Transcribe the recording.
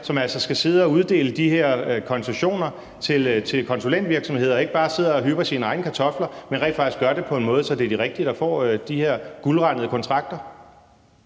som altså skal sidde og uddele de her koncessioner til konsulentvirksomheder, ikke bare sidder og hypper sine egne kartofler, men rent faktisk gør det på en måde, så det er de rigtige, der får de her guldrandede kontrakter?